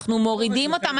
אנחנו מורידים אותן,